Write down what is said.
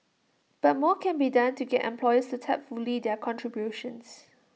but more can be done to get employers to tap fully their contributions